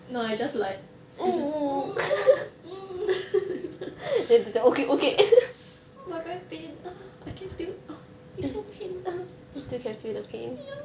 no I just like I just mm oh but very pain ah I can still ah it's so pain ya